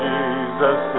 Jesus